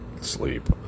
sleep